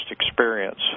experience